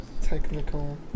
Technical